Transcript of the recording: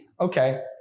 okay